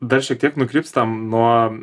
dar šiek tiek nukrypstam nuo